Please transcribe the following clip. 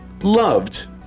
Loved